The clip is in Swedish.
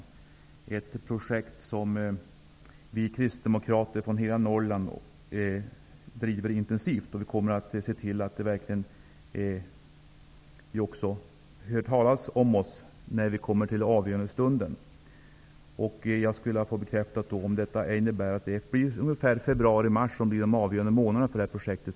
Det är ett projekt som vi kristdemokrater från hela Norrland driver intensivt. Vi kommer att se till att ni också hör talas om oss när vi kommer fram till den avgörande stunden. Jag skulle vilja få bekräftat om februari och mars blir de avgörande månaderna för detta projekt.